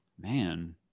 Man